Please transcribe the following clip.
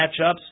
matchups